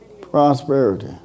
Prosperity